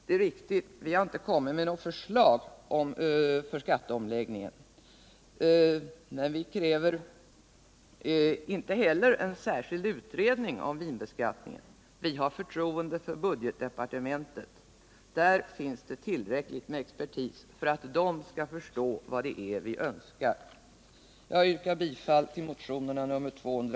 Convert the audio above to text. Det är riktigt att vi inte har kommit med något förslag för skatteomläggningen. Men vi kräver inte heller en särskild utredning om vinbeskattningen. Vi har förtroende för budgetdepartementet. Där finns det tillräckligt med expertis för att man skall förstå vad det är vi önskar.